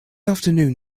afternoon